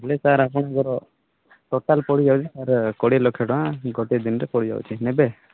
ହେଲେ ସାର୍ ଆପଣଙ୍କର ଟୋଟାଲ୍ ପଡ଼ି ଯାଉଛି ସାର୍ କୋଡ଼ିଏ ଲକ୍ଷ ଟଙ୍କା ଗୋଟେ ଦିନରେ ପଡ଼ି ଯାଉଛି ନେବେ